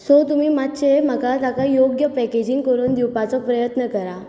so तुमी मातशें म्हाका ताका योग्य पॅकेजींग करून दिवपाचो प्रयत्न करात